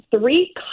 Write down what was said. three